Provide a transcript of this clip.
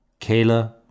Kayla